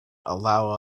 allow